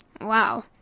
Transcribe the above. Wow